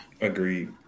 Agreed